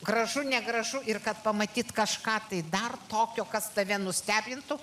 gražu negražu ir kad pamatyt kažką tai dar tokio kas tave nustebintų